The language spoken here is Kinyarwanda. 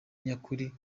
nyakuri